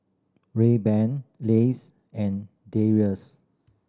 Rayban Lays and